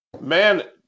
man